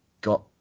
got